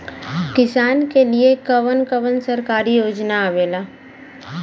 किसान के लिए कवन कवन सरकारी योजना आवेला?